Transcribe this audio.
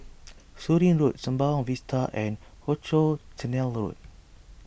Surin Road Sembawang Vista and Rochor Canal Road